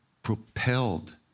propelled